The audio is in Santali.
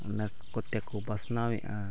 ᱚᱱᱟ ᱠᱚᱛᱮ ᱠᱚ ᱯᱟᱥᱱᱟᱣᱮᱜᱼᱟ